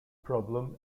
problem